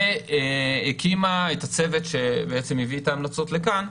והיא הקימה את הצוות שהביא את ההמלצות לכאן,